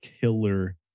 killer